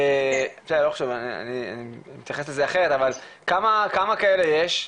אני אתייחס לזה אחרת, אבל כמה כאלה יש?